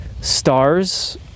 stars